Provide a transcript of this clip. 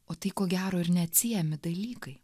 o tai ko gero ir neatsiejami dalykai